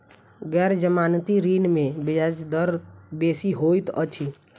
गैर जमानती ऋण में ब्याज दर बेसी होइत अछि